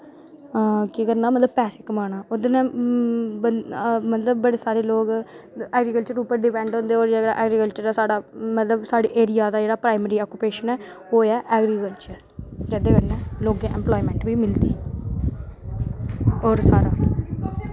केह् करने दा मतलब पैसे कमाने दा ओह्दै नै बंदा मतलब बड़े सारे लोग ऐग्रीकल्चर पर डिपैंड होंदे होर ऐग्रीकल्चर ऐ जेह्ड़ा मतलब साढ़े एरिया दा जेह्ड़ा अक्कुपेशन ऐ ओह् ऐ ऐग्रीकल्चर जेह्दे कन्नै लोकें गी इंपलाईमैंट बी मिलदी ऐ होर सानूं